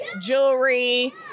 jewelry